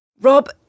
Rob